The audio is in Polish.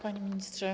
Panie Ministrze!